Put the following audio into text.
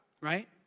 right